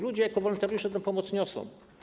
Ludzie jako wolontariusze tę pomoc niosą.